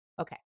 Okay